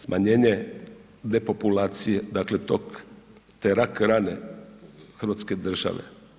Smanjenje depopulacije, dakle te rak rane hrvatske države.